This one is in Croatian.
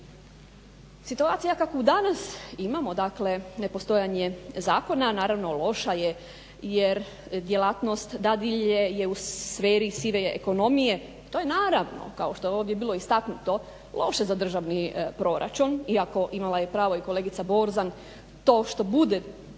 Situacija kakvu danas imamo, dakle nepostojanje zakona loša je jer djelatnost dadilje je u sferi sive ekonomije, to je naravno kao što je ovdje bilo istaknuto loše za državni proračun iako imala je pravo i kolegica Borzan, to što bude došlo